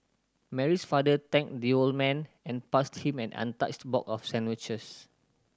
Mary's father thanked the old man and passed him an untouched box of sandwiches